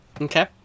Okay